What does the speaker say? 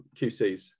QCs